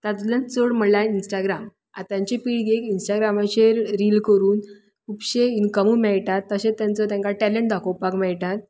तातूंतल्यान चड म्हणल्यार इंस्टाग्राम आतांचे पिळगेक इंस्टाग्रामाचेर रील करून खुबशे इनकमूय मेळटात तशेंच तांचो तांकां टेलंट दाखोवपाक मेळटा